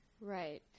Right